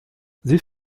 this